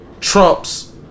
trumps